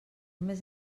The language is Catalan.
més